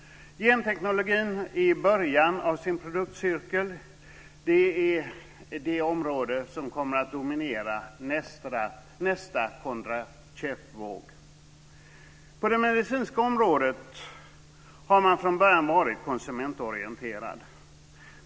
Gentekniken är i början av sin produktcirkel. Den är det område som kommer att dominera nästa Kondratievvåg. På det medicinska området har man från början varit konsumentorienterad.